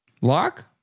Lock